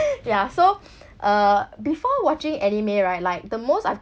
ya so uh before watching anime right like the most I've